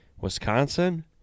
Wisconsin